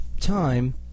time